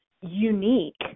unique